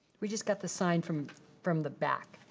we just got the sign from from the back.